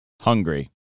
Hungry